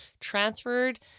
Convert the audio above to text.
transferred